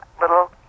little